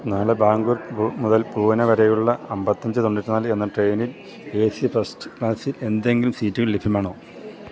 നാളെ ബാംഗ്ലൂർ മുതൽ പൂനെ വരെയുള്ള അൻപത്തി അഞ്ച് തൊണ്ണൂറ്റി നാല് എന്ന ട്രെയിനിൽ എ സി ഫസ്റ്റ് ക്ലാസ്സിൽ എന്തെങ്കിലും സീറ്റുകൾ ലഭ്യമാണോ